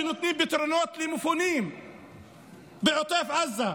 כשנותנים פתרונות למפונים בעוטף עזה,